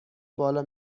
بالا